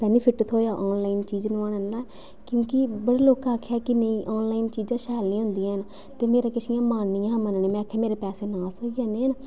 benefit थ्होआ online चीज़ नुआने दा इक गल्ला कयोंकि बड़े लोकें आखेआ कि आनलाइन चीज़ां शैल नेईं होदियां न ते मेरा किश इ'यां मन नेईं हा के में आखेआ मेरे इ'यां पैसे नाश होई जाने